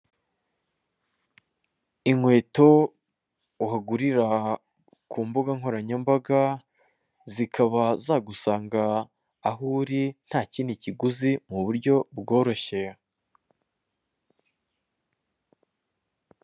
Inkweto uhagurira ku mbuga nkoranyambaga, zikaba zagusanga aho uri nta kindi kiguzi mu buryo bworoshye.